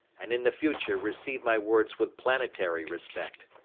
and in the future receive my words with planetary respect.